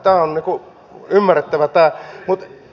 on ymmärrettävä tämä